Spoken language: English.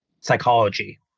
psychology